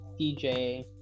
dj